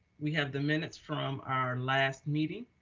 we have the minutes from our last meeting.